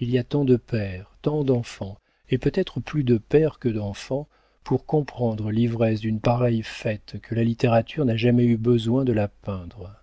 il y a tant de pères tant d'enfants et peut-être plus de pères que d'enfants pour comprendre l'ivresse d'une pareille fête que la littérature n'a jamais eu besoin de la peindre